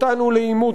וכן,